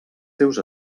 seus